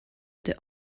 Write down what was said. der